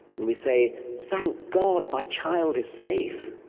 and we say thank god, my child is safe.